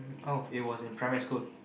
oh it was in primary school